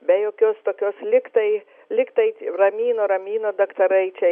be jokios tokios lygtai lyg tais ramino ramino daktarai čia